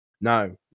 No